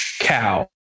cow